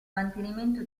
mantenimento